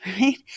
right